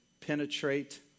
penetrate